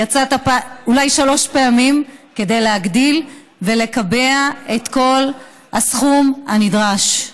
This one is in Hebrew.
יצאת אולי שלוש פעמים כדי להגדיל ולקבע את כל הסכום הנדרש.